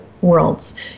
worlds